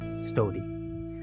story